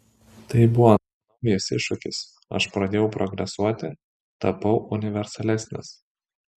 tai buvo naujas iššūkis aš pradėjau progresuoti tapau universalesnis